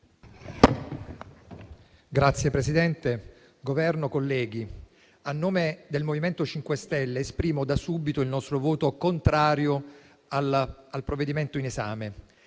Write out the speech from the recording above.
rappresentante del Governo, colleghi, a nome del MoVimento 5 Stelle esprimo da subito il nostro voto contrario al provvedimento in esame,